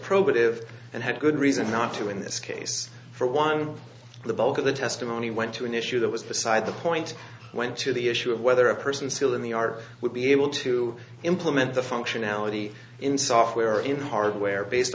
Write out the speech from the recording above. probative and had good reason not to in this case for one the bulk of the testimony went to an issue that was beside the point when to the issue of whether a person is still in the art would be able to implement the functionality in software or in hardware based